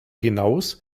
hinaus